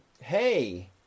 Hey